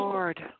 Lord